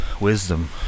wisdom